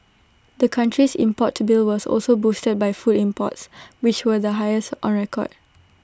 the country's import bill was also boosted by food imports which were the highest on record